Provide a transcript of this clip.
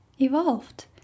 evolved